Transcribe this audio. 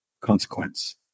consequence